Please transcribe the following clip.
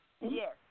Yes